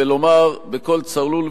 ולומר בקול צלול וברור,